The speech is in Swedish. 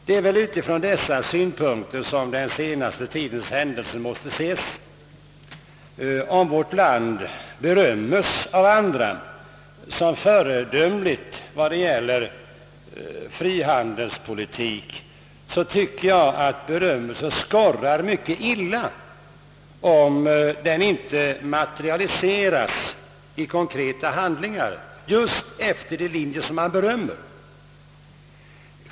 Det är väl utifrån dessa synpunkter som den senaste tidens händelser måste ses. Om vårt land bedömes av andra som föredömligt vad det gäller frihandelspolitik, så tycker jag att berömmelsen skorrar mycket illa, om den inte materialiseras i konkreta handlingar efter just de linjer man berömmer.